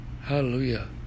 Hallelujah